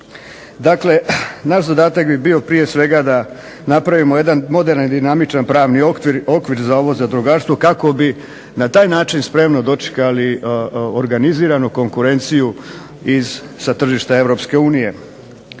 Dakle naš zadatak bi bio prije svega da napravimo jedan moderan i dinamičan pravni okvir za ovo zadrugarstvo, kako bi na taj način spremno dočekali organiziranu konkurenciju iz, sa težišta Europske unije.